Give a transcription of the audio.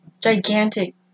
gigantic